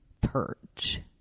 Purge